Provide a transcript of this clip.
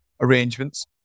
arrangements